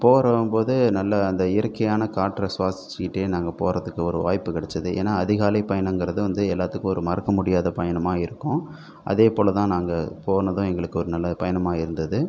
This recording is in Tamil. போகும்போது நல்ல அந்த இயற்கையான காற்றை சுவாசித்துகிட்டே நாங்கள் போகறதுக்கு ஒரு வாய்ப்பு கிடச்சிது ஏன்னா அதிகாலை பயணங்கிறது வந்து எல்லாத்துக்கும் ஒரு மறக்க முடியாத பயணமாக இருக்கும் அதே போல தான் நாங்கள் போனதும் எங்களுக்கு ஒரு நல்ல பயணமாக இருந்தது